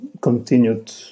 continued